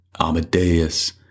Amadeus